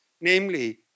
namely